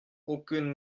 aucune